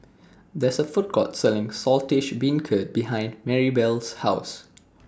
There IS A Food Court Selling Saltish Beancurd behind Marybelle's House